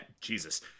Jesus